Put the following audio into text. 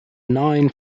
nine